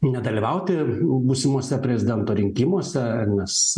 nedalyvauti būsimuose prezidento rinkimuose nes